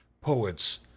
poets